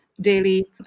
daily